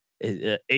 Eight